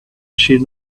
she